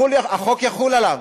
החוק יחול עליו,